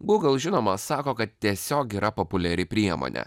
google žinoma sako kad tiesiog yra populiari priemonė